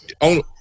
on